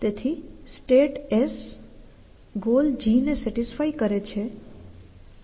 તેથી state S goal g ને satisfy કરે છે